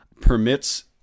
permits